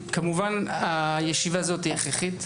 כמובן, הישיבה הזו היא הכרחית.